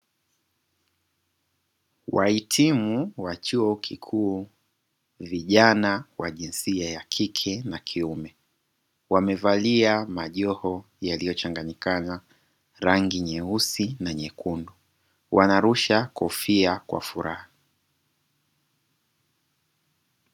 Wahitimu wa chuo kikuu vijana wa jinsia ya kike na kiume, wamevalia majoho yaliyochanganyikana rangi nyeusi na nyekundu, wanarusha kofia kwa furaha.